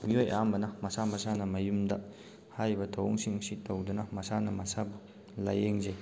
ꯃꯤꯑꯣꯏ ꯑꯌꯥꯝꯕꯅ ꯃꯁꯥ ꯃꯁꯥꯅ ꯃꯌꯨꯝꯗ ꯍꯥꯏꯔꯤꯕ ꯊꯧꯑꯣꯡꯁꯤꯡꯁꯤ ꯇꯧꯗꯨꯅ ꯃꯁꯥꯅ ꯃꯁꯥꯕꯨ ꯂꯥꯏꯌꯦꯡꯖꯩ